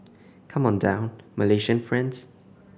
come on down Malaysian friends